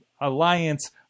Alliance